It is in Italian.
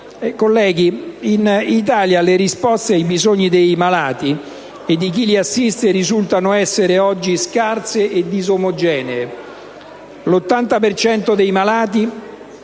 sanitario. In Italia le risposte ai bisogni dei malati e di chi li assiste risultano essere ad oggi scarse e disomogenee. L'80 per cento dei malati